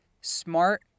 smart